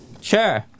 Sure